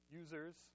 users